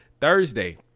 Thursday